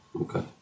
Okay